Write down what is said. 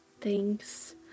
Thanks